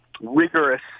rigorous